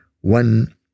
one